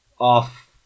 off